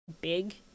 big